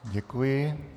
Děkuji.